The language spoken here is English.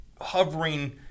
hovering